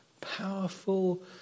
powerful